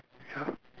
ya